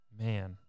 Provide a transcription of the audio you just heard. Man